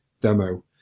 demo